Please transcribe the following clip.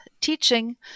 teaching